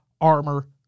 armor